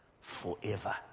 forever